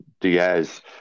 Diaz